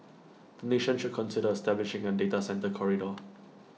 the nation should consider establishing A data centre corridor